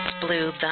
Blue